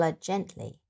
gently